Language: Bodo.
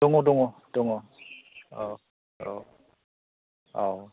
दङ दङ दङ औ औ औ